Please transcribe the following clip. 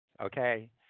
Okay